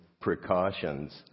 precautions